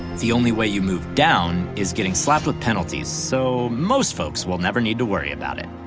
the only way you move down is getting slapped with penalties, so most folks will never need to worry about it.